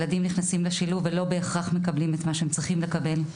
ילדים נכנסים לשילוב ולא בהכרח מקבלים את מה שהם צריכים לקבל.